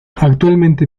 actualmente